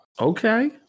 Okay